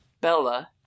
Bella